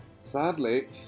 Sadly